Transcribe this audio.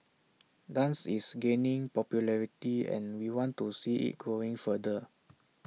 dance is gaining popularity and we want to see IT growing further